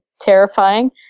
terrifying